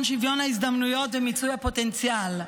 שוויון ההזדמנויות ומיצוי הפוטנציאל.